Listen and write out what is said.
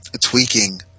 tweaking